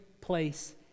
place